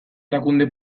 erakunde